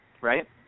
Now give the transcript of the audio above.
right